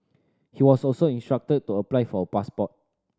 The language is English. he was also instructed to apply for a passport